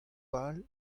pal